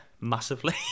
massively